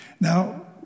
Now